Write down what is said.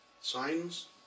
Signs